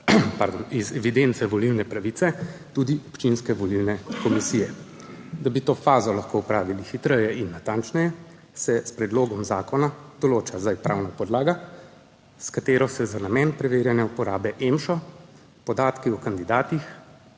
iz evidence volilne pravice tudi občinske volilne komisije. Da bi to fazo lahko opravili hitreje in natančneje, se zdaj s predlogom zakona določa pravna podlaga, s katero se za namen preverjanja uporabe EMŠO podatki o kandidatih,